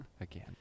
Again